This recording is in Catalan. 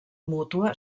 mútua